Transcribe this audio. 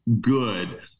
good